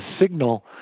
signal